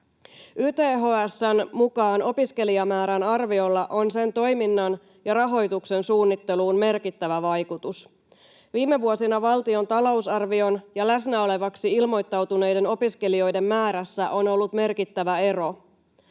YTHS:n mukaan opiskelijamäärän arviolla on sen toiminnan ja rahoituksen suunnitteluun merkittävä vaikutus. Viime vuosina valtion talousarvion ja läsnä olevaksi ilmoittautuneiden opiskelijoiden määrässä on ollut merkittävä ero.